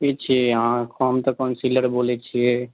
केँ छियै अहाँ हम तऽ काउन्सेलर बोलैत छियै